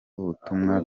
butumwa